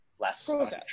Less